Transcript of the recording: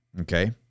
Okay